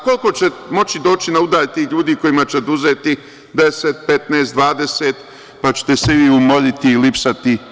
Koliko će moći doći na udar tih ljudi kojima će oduzeti 10, 15, 20, pa ćete se vi umoriti i lipsati?